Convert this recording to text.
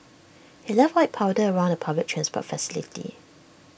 he left white powder around the public transport facility